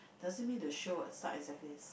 doesn't mean the show will start exactly as